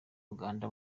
uganda